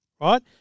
right